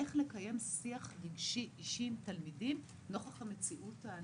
איך לקיים שיח רגשי אישי עם תלמידים נוכח המציאות.